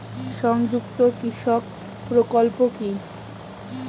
সংযুক্ত কৃষক প্রকল্প কি?